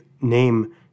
name